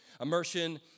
immersion